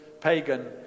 pagan